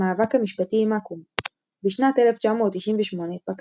המאבק המשפטי עם אקו"ם בשנת 1998 פקע